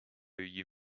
you